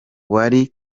wari